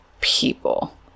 people